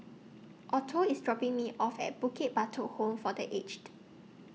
Otho IS dropping Me off At Bukit Batok Home For The Aged